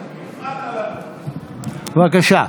בבקשה.